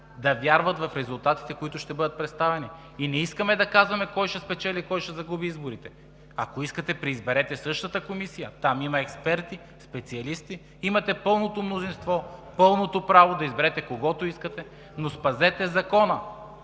да вярват в резултатите, които ще бъдат представени. И не искаме да казваме кой ще спечели, кой ще загуби изборите. Ако искате – преизберете същата Комисия. Там има експерти, специалисти. Имате пълното мнозинство, пълното право да изберете когото искате, но спазете закона.